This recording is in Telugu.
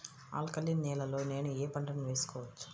ఆల్కలీన్ నేలలో నేనూ ఏ పంటను వేసుకోవచ్చు?